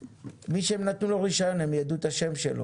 מי שהם נתנו לו רישיון, הם ידעו את שמו.